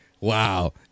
wow